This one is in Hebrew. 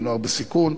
לנוער בסיכון,